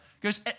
goes